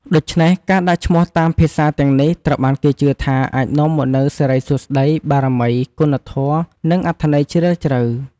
ដូច្នេះ ការដាក់ឈ្មោះតាមភាសាទាំងនេះ ត្រូវបានគេជឿថាអាចនាំមកនូវ សិរីសួស្ដី បារមី គុណធម៌ និងអត្ថន័យជ្រាលជ្រៅ។